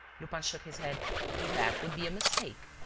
lupin shook his head that would be a mistake.